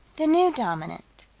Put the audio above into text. the new dominant.